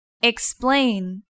explain